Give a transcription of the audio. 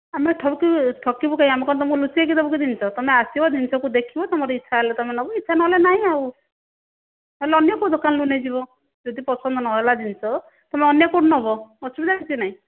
ଆମେ ଠକିବୁ ଠକିବୁ କାହିଁକି ଆମେ କଣ ତୁମକୁ ଲୁଚେଇକି ଦେବୁ କି ଜିନିଷ ତୁମେ ଆସିବ ଜିନିଷକୁ ଦେଖିବ ତୁମର ଇଛା ହେଲେ ତୁମେ ନେବ ଇଛା ନହେଲେ ନାହିଁ ଆଉ ତାହେଲେ ଅନ୍ୟ କେଉଁ ଦୋକାନରୁ ନେଇଯିବ ଯଦି ପସନ୍ଦ ନହେଲା ଜିନିଷ ତୁମେ ଅନ୍ୟ କେଉଁଠୁ ନେବ ଅସୁବିଧା କିଛି ନାହିଁ